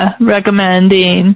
Recommending